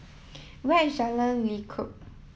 where is Jalan Lekub